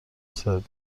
سرو